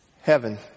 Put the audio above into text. Heaven